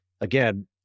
again